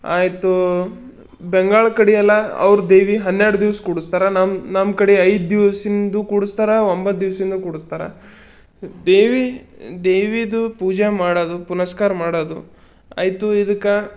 ಆಯಿತು ಬಂಗಾಳ ಕಡೆ ಎಲ್ಲ ಅವ್ರು ದೇವಿ ಹನ್ನೆರಡು ದಿವ್ಸ ಕೂಡಿಸ್ತಾರ ನಮ್ಮ ನಮ್ಮ ಕಡೆ ಐದು ದಿವ್ಸಿಂದೂ ಕೂಡಿಸ್ತಾರ ಒಂಬತ್ತು ದಿವ್ಸಿಂದು ಕೂಡಿಸ್ತಾರ ದೇವಿ ದೇವಿದು ಪೂಜೆ ಮಾಡೋದು ಪುನಸ್ಕಾರ ಮಾಡೋದು ಆಯಿತು ಇದಕ್ಕೆ